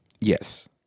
Yes